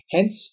Hence